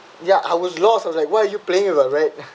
ya I was lost I was like why are you playing with a rat